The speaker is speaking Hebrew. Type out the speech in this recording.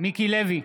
מיקי לוי,